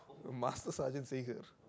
master sergeant Sager